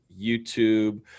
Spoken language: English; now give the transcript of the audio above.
YouTube